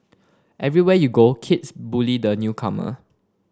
everywhere you go kids bully the newcomer